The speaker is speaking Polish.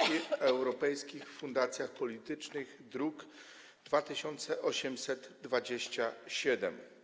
i europejskiej fundacji politycznej, druk nr 2827.